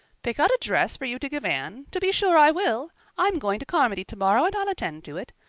pick out a dress for you to give anne? to be sure i will. i'm going to carmody tomorrow and i'll attend to it.